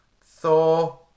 Thor